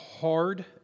hard